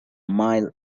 mile